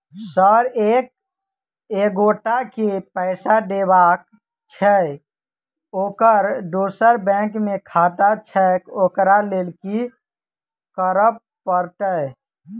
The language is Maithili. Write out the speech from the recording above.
सर एक एगोटा केँ पैसा देबाक छैय ओकर दोसर बैंक मे खाता छैय ओकरा लैल की करपरतैय?